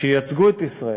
שייצגו את ישראל.